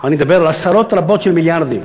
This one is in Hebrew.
ואני מדבר על עשרות רבות של מיליארדים,